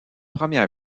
première